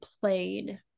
played